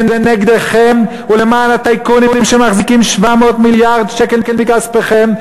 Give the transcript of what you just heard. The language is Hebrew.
נגדכם ולמען הטייקונים שמחזיקים 700 מיליארד שקל מכספכם,